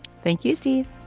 thank you steve.